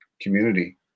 community